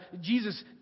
Jesus